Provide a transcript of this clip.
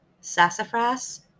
sassafras